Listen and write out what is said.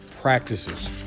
practices